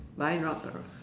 buying right pro~